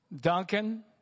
Duncan